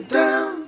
down